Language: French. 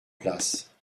place